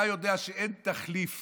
אתה יודע שאין תחליף